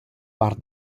vart